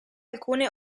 alcune